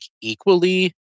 equally